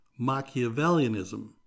Machiavellianism